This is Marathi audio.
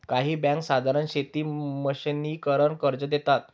काही बँका साधारण शेती मशिनीकरन कर्ज देतात